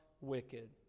wicked